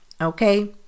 okay